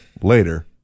Later